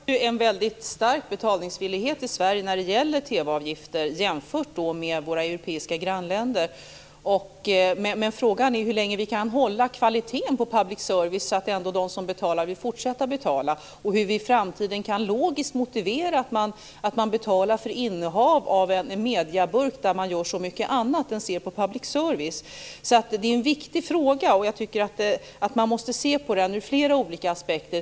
Fru talman! Vi har en väldigt stark betalningsvillighet i Sverige för TV-avgifter jämfört med i våra europeiska grannländer. Men frågan är hur länge vi kan hålla kvaliteten på public service-TV så att de som betalar vill fortsätta att betala. Hur kan vi i framtiden motivera att man betalar för en medieburk med vilken man gör så mycket annat än ser på public service-TV? Det är en viktig fråga. Man måste se på den ur flera olika aspekter.